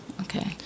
okay